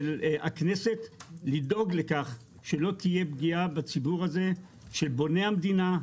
של הכנסת היא לדאוג לכך שלא תהיה פגיעה בציבור של בוני המדינה,